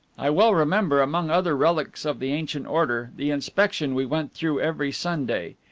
i well remember, among other relics of the ancient order, the inspection we went through every sunday.